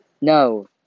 no